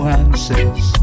answers